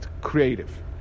creative